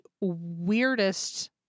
weirdest